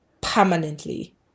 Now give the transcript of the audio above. permanently